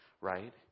right